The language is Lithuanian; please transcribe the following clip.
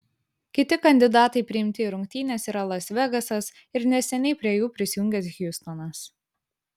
kiti kandidatai priimti į rungtynes yra las vegasas ir neseniai prie jų prisijungęs hjustonas